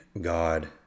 God